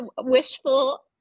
wishful